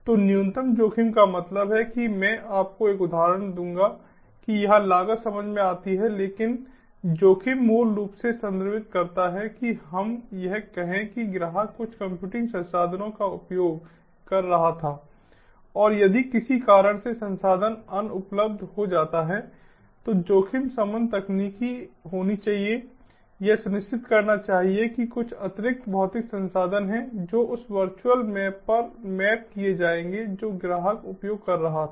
तो न्यूनतम जोखिम का मतलब है कि मैं आपको एक उदाहरण दूंगा कि यहां लागत समझ में आती है लेकिन जोखिम मूल रूप से संदर्भित करता है कि हम यह कहें कि ग्राहक कुछ कंप्यूटिंग संसाधन का उपयोग कर रहा था और यदि किसी कारण से संसाधन अनुपलब्ध हो जाता है तो जोखिम शमन तकनीक होनी चाहिए यह सुनिश्चित करना चाहिए कि कुछ अतिरिक्त भौतिक संसाधन हैं जो उस वर्चुअल मैप पर मैप किए जाएंगे जो ग्राहक उपयोग कर रहा था